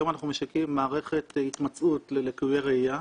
היום אנחנו משיקים מערכת התמצאות ללקויי ראייה,